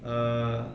err